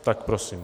Tak prosím.